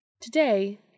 Today